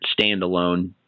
standalone